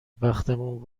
بختمون